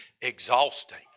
exhausting